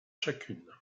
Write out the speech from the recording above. chacune